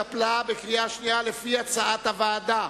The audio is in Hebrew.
התקבלה בקריאה שנייה לפי הצעת הוועדה.